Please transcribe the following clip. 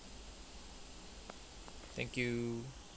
thank you